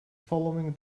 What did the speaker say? following